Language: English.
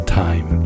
time